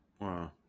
Wow